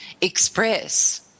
express